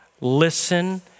Listen